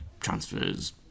transfers